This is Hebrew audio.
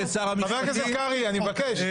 את נכנסת לכאן באמצע הדיון.